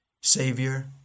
Savior